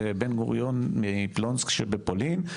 בן גוריון מפלונסק שבפולין,